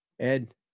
Ed